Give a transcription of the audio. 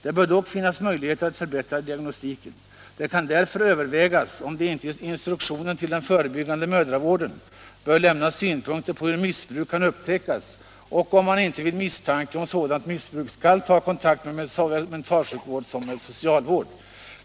Det bör dock finnas möjligheter att förbättra diagnostiken. Det kan därför övervägas om det inte i instruktionen till den förebyggande mödravården bör lämnas synpunkter på hur missbruk kan upptäckas och om man inte vid misstanke om sådant missbruk skall ta kontakt med såväl mentalsjukvård som med socialvård.